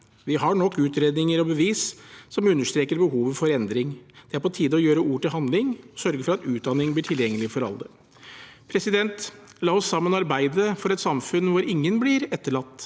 Vi har nok av utredninger og bevis som understreker behovet for endring. Det er på tide å gjøre ord til handling og sørge for at utdanning blir tilgjengelig for alle. La oss sammen arbeide for et samfunn hvor ingen blir etterlatt,